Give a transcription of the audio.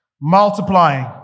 Multiplying